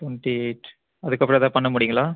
twenty eight அதுக்கப்புறம் ஏதாவது பண்ண முடியும்ங்களா